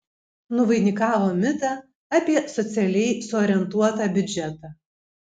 nuvainikavo mitą apie socialiai suorientuotą biudžetą